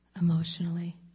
emotionally